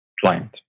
client